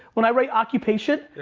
when i write occupation,